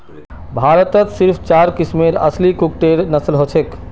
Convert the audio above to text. भारतत सिर्फ चार किस्मेर असली कुक्कटेर नस्ल हछेक